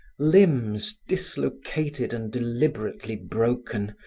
limbs dislocated and deliberately broken,